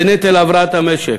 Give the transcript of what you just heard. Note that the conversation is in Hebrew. בנטל הבראת המשק,